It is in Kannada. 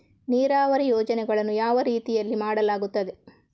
ನೀರಾವರಿ ಯೋಜನೆಗಳನ್ನು ಯಾವ ರೀತಿಗಳಲ್ಲಿ ಮಾಡಲಾಗುತ್ತದೆ?